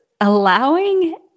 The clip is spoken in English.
allowing